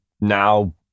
now